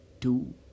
two